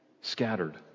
scattered